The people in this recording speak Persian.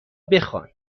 بخوان